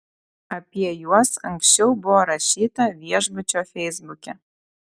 apie juos anksčiau buvo rašyta viešbučio feisbuke